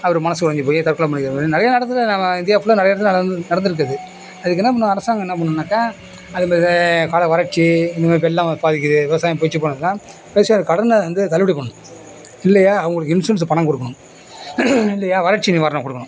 அவரு மனசு உடஞ்சி போய் தற்கொலை பண்ணிக்க நிறைய இடத்துல நம்ம இந்தியா ஃபுல்லாக நிறைய இடத்துல நடந்துருக்குது அது அதுக்கு என்ன பண்ணும் அரசாங்கம் என்ன பண்ணுனாக்கா அதில் கால வறட்சி இந்த மாதிரி வெள்ளம் பாதிக்குது விவசாயம் புழித்து போனாக்கா விவசாய கடனை வந்து தள்ளுபடி பண்ணும் இல்லையா அவங்குளுக்கு இன்ஷுரன்ஸ் பணம் கொடுக்கணும் இல்லையா வறட்சி நிவாரணம் கொடுக்கணும்